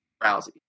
Rousey